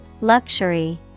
Luxury